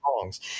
songs